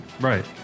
Right